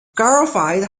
garfield